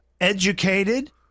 educated